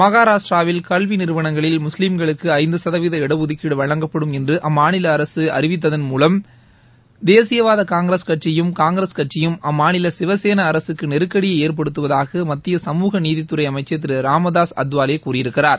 மகாராஷ்டிராவில் கல்வி நிறுவனங்களில் முஸ்லீம்களுக்கு ஐந்து சதவீத இடஒதுக்கீடு வழங்கப்படும் என்று அம்மாநில அரசை அறிவித்ததன் மூலம் தேசியவாத காங்கிரஸ் கட்சியும் காங்கிரஸ் கட்சியும் அம்மாநில சிவசேன அரசுக்கு நெருக்கடியை ஏற்படுத்துவதாக மத்திய சமூக நீதித்துறை அமைச்சர் திரு ராம்தாஸ் அத்வாலே கூறியிருக்கிறார்